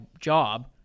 job